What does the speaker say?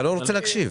אתה לא רוצה להקשיב.